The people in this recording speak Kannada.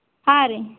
ಹಾಂ ರೀ